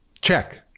check